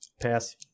Pass